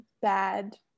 bad